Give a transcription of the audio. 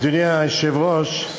אדוני היושב-ראש,